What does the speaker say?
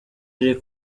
riri